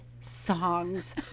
songs